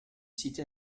cité